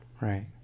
Right